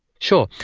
sure,